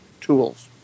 tools